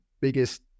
biggest